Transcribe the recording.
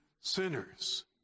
sinners